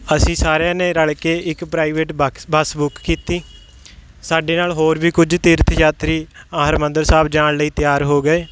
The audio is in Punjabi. ਅਸੀਂ ਸਾਰਿਆਂ ਨੇ ਰਲ ਕੇ ਇੱਕ ਪ੍ਰਾਈਵੇਟ ਬਕਸ ਬੱਸ ਬੁੱਕ ਕੀਤੀ ਸਾਡੇ ਨਾਲ ਹੋਰ ਵੀ ਕੁਝ ਤੀਰਥ ਯਾਤਰੀ ਹਰਿਮੰਦਰ ਸਾਹਿਬ ਜਾਣ ਲਈ ਤਿਆਰ ਹੋ ਗਏ